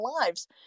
lives